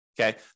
Okay